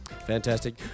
Fantastic